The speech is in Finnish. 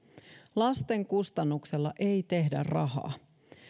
lasten kustannuksella ei tehdä rahaa